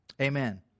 Amen